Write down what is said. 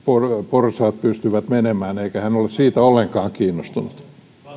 porsaat pystyvät menemään eikä hän ole siitä ollenkaan kiinnostunut